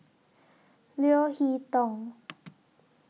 Leo Hee Tong